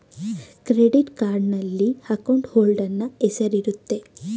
credit ಕಾರ್ಡ್ನಲ್ಲಿ account holder ನ ಹೆಸರಿರುತ್ತೆ